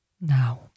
Now